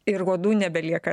ir uodų nebelieka